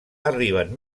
arriben